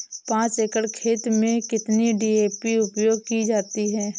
पाँच एकड़ खेत में कितनी डी.ए.पी उपयोग की जाती है?